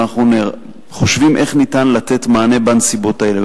אנחנו חושבים איך ניתן לתת מענה בנסיבות האלה.